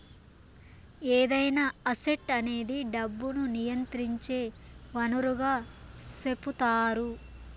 ఏదైనా అసెట్ అనేది డబ్బును నియంత్రించే వనరుగా సెపుతారు